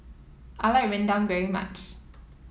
I like Rendang very much